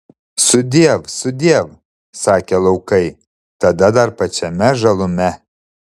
sudiev sudiev sakė laukai tada dar pačiame žalume